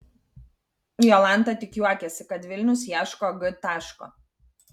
jolanta tik juokiasi kad vilnius ieško g taško